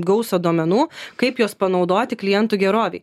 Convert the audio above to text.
gausą duomenų kaip juos panaudoti klientų gerovei